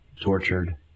tortured